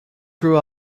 grew